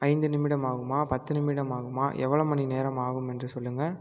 ஐந்து நிமிடம் ஆகுமா பத்து நிமிடம் ஆகுமா எவ்வளோ மணி நேரம் ஆகும் என்று சொல்லுங்கள்